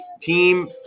team